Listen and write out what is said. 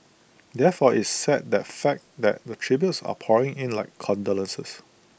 therefore IT is sad the fact that the tributes are pouring in like condolences